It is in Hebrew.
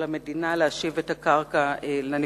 על המדינה להשיב את הקרקע לנפקע.